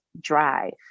drive